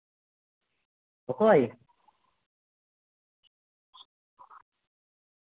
ᱚᱠᱚᱭ